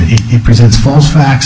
it presents false facts